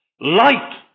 Light